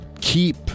keep